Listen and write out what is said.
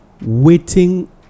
Waiting